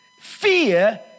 fear